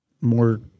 more